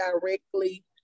directly